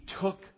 took